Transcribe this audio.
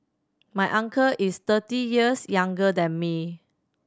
my uncle is thirty years younger than me